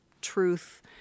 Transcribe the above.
truth